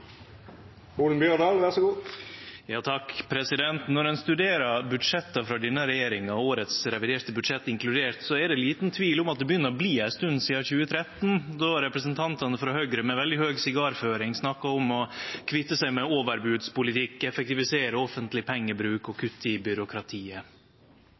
det liten tvil om at det begynner å bli ei stund sidan 2013, då representantane frå Høgre med veldig høg sigarføring snakka om å kvitte seg med overbodspolitikk, effektivisere offentleg pengebruk og